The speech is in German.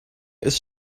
ist